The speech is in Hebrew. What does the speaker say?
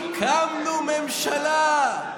הקמנו ממשלה,